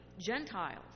Gentiles